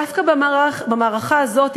דווקא במערכה הזאת,